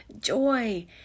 joy